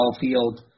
field